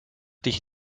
dich